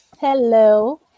Hello